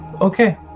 Okay